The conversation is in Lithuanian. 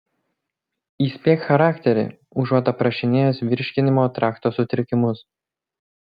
įspėk charakterį užuot aprašinėjęs virškinimo trakto sutrikimus